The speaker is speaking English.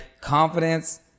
confidence –